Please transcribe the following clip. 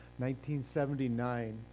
1979